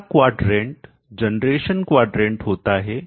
चौथा क्वाड्रेंट चतुर्थांश generation quadrant होता है